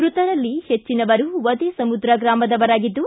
ಮೃತರಲ್ಲಿ ಹೆಚ್ಚನವರು ವದೆ ಸಮುದ್ರ ಗ್ರಾಮದವರಾಗಿದ್ದು